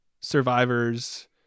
survivors